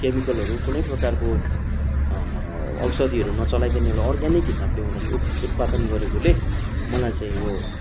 केमिकलहरू कुनै प्रकारको औषधिहरू नचलाइकन एउटा अर्ग्यानिक हिसाबले उनीहरूले उप उत्पादन गरेकोले मलाई चाहिँ यो